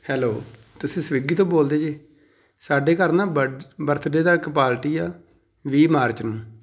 hello ਤੁਸੀਂ Swiggy ਤੋਂ ਬੋਲਦੇ ਜੀ ਸਾਡੇ ਘਰ ਨਾ ਬਡ ਬ੍ਰਥਡੇ ਦਾ ਇੱਕ ਪਾਰਟੀ ਆ ਵੀਹ ਮਾਰਚ ਨੂੰ